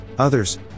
Others